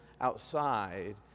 outside